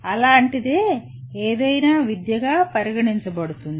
అలాంటిదే ఏదైనా విద్యగా పరిగణించబడుతుంది